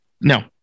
No